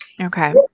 okay